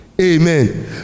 Amen